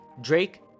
Drake